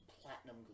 platinum